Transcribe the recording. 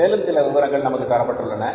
மேலும் சில விவரங்கள் நமக்கு தரப்பட்டுள்ளன